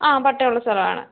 ആ പട്ടയമുള്ള സ്ഥലമാണ്